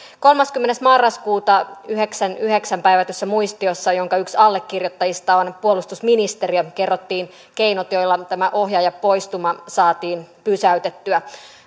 kolmaskymmenes marraskuuta yhdeksässäkymmenessäyhdeksässä päivätyssä muistiossa jonka yksi allekirjoittajista on puolustusministeriö kerrottiin keinot joilla tämä ohjaajapoistuma saatiin pysäytettyä